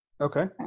okay